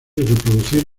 reproducir